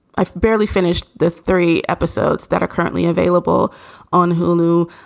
i've barely finished the three episodes that are currently available on hulu.